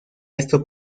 esto